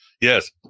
Yes